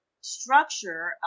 structure